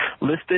listed